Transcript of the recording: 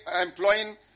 employing